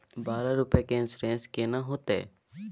बारह रुपिया के इन्सुरेंस केना होतै?